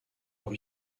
noch